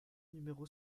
numéro